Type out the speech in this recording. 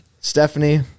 Stephanie